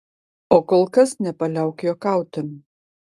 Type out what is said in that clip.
o kol kas nepaliauk juokauti